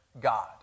god